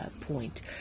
point